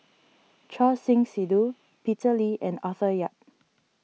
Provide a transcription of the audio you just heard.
Choor Singh Sidhu Peter Lee and Arthur Yap